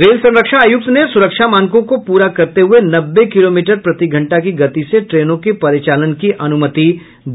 rail संरक्षा आयुक्त ने सुरक्षा मानकों को पूरा करते हुये नब्बे किलोमीटर प्रतिघंटा की गति से ट्रेनों के परिचालन की अनुमति